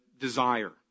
desire